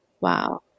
Wow